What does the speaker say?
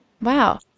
Wow